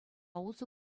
усӑ